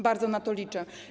Bardzo na to liczę.